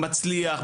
מצליח,